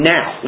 Now